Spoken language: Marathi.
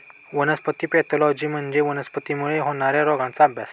वनस्पती पॅथॉलॉजी म्हणजे वनस्पतींमुळे होणार्या रोगांचा अभ्यास